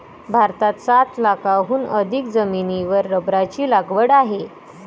भारतात सात लाखांहून अधिक जमिनीवर रबराची लागवड आहे